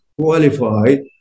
qualified